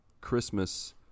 christmas